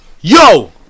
Yo